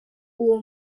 uwo